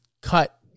cut